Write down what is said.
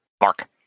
Mark